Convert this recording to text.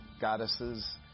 goddesses